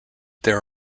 there